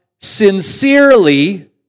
sincerely